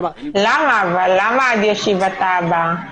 למה עד ישיבתה הבאה?